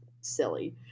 silly